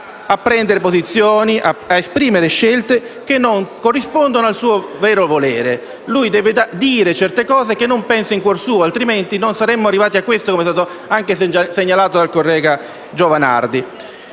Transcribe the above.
a prendere posizioni ed esprimere scelte che non corrispondono al suo vero volere. Egli deve dire certe cose che non pensa in cuor suo. Se così non fosse, non saremmo arrivati a questo, come è stato segnalato anche dal collega Giovanardi.